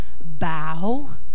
bow